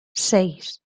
seis